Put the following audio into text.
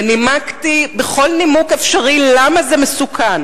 ונימקתי בכל נימוק אפשרי למה זה מסוכן